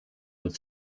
with